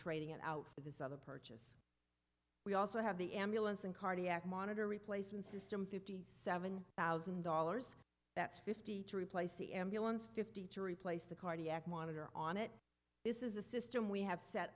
trading it out this other purchase we also have the ambulance and cardiac monitor replacement system fifty seven thousand dollars that's fifty to replace the ambulance fifty to replace the cardiac monitor on it this is the system we have set